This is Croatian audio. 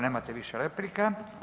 Nemate više replika.